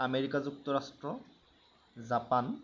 America যুক্তৰাষ্ট্ৰ Japan